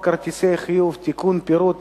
הצעת חוק כרטיסי חיוב (תיקון, פירוט